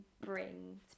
bring